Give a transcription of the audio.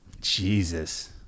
jesus